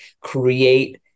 create